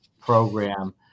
program